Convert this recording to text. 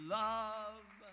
love